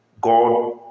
god